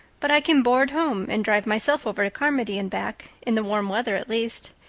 but i can board home and drive myself over to carmody and back, in the warm weather at least.